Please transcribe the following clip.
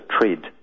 trade